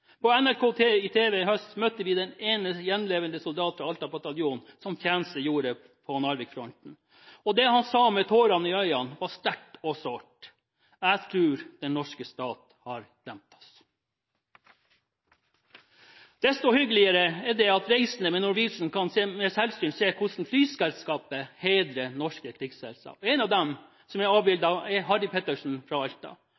På NRK tv i høst møtte vi den ene gjenlevende soldat fra Alta bataljon som tjenestegjorde på Narvik-fronten. Det han sa, med tårer i øynene, var sterkt og sårt: Jeg tror den norske stat har glemt oss. Desto hyggeligere er det at reisende med Norwegian med selvsyn kan se hvordan flyselskapet hedrer norske krigshelter. En av dem som er avbildet, er Harry Pettersen fra Alta.